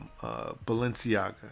Balenciaga